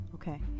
okay